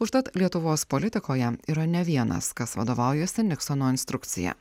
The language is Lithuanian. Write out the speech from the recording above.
užtat lietuvos politikoje yra ne vienas kas vadovaujasi niksono instrukcija